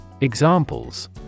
Examples